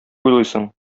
уйлыйсың